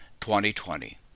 2020